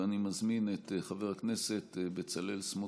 אני מזמין את חבר הכנסת בצלאל סמוטריץ'.